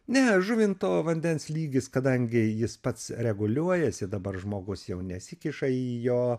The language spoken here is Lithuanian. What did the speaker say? ne žuvinto vandens lygis kadangi jis pats reguliuojasi dabar žmogus jau nesikiša į jo